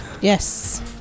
Yes